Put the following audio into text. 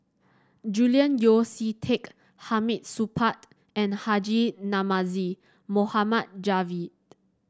Julian Yeo See Teck Hamid Supaat and Haji Namazie Mohd Javad